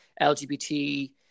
LGBT